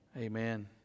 Amen